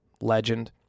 Legend